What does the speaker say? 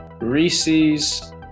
Reese's